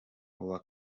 uwa